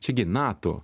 čia gi nato